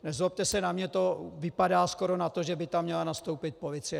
Nezlobte se na mě, to vypadá skoro na to, že by na ŘSD měla nastoupit policie.